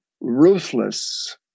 ruthless